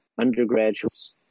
undergraduates